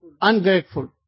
Ungrateful